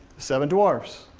seven dwarfs,